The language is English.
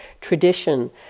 tradition